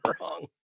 wrong